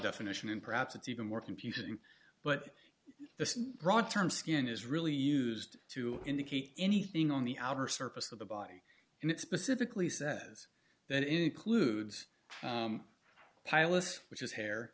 definition and perhaps it's even more confusing but the broad term skin is really used to indicate anything on the outer surface of the body and it specifically says that includes pilots which is hair